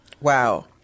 Wow